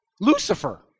Lucifer